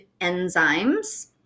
enzymes